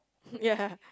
ya